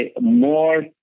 more